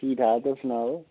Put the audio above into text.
ठीक ठाक तुस सनाओ